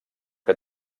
que